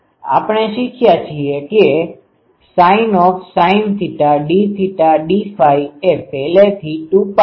આપણે શીખ્યા છીએ કે sin dθ dϕ એ પહેલેથી 2Π છે